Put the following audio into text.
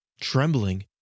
Trembling